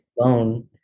alone